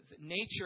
nature